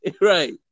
right